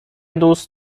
دوست